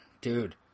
Dude